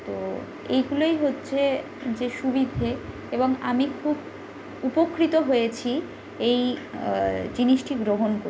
তো এইগুলোই হচ্ছে যে সুবিধে এবং আমি খুব উপকৃত হয়েছি এই জিনিসটি গ্রহণ করে